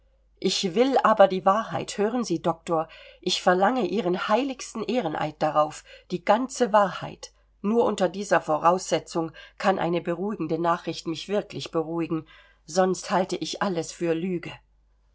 ich will aber die wahrheit hören sie doktor ich verlange ihren heiligsten ehreneid darauf die ganze wahrheit nur unter dieser voraussetzung kann eine beruhigende nachricht mich wirklich beruhigen sonst halte ich alles für lüge